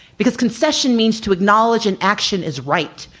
because concession means to acknowledge an action is right,